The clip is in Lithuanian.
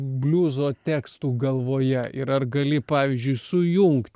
bliuzo tekstų galvoje ir ar gali pavyzdžiui sujungt